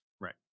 Right